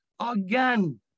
again